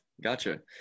Gotcha